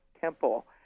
temple